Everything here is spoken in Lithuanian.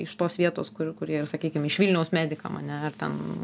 iš tos vietos kurių kur jie ir sakykim iš vilniaus medikam ane ar ten